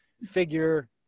figure